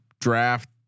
draft